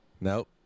Nope